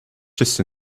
just